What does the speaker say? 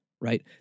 right